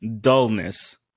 dullness